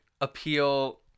appeal